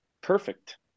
perfect